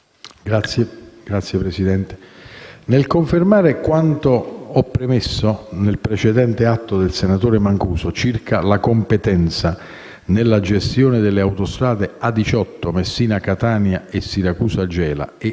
Signor Presidente, nel confermare quanto ho premesso nel precedente atto del senatore Mancuso circa la competenza nella gestione delle autostrade A18 Messina-Catania e Siracusa-Gela e